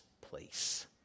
place